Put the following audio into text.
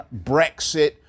Brexit